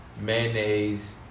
Mayonnaise